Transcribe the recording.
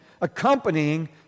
accompanying